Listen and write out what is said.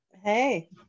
Hey